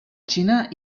xina